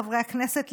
חברי הכנסת,